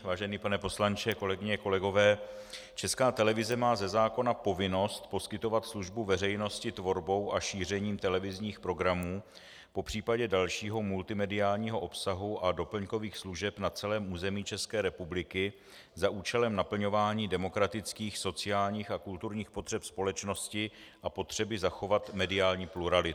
Vážený pane poslanče, kolegyně a kolegové, Česká televize má ze zákona povinnost poskytovat službu veřejnosti tvorbou a šířením televizních programů, popřípadě dalšího multimediálního obsahu a doplňkových služeb na celém území České republiky za účelem naplňování demokratických, sociálních a kulturních potřeb společnosti a potřeby zachovat mediální pluralitu.